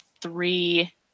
three